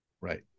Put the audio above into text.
Right